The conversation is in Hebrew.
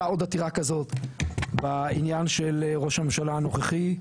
עוד עתירה כזאת בעניין של ראש הממשלה הנוכחי.